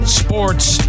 sports